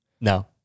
No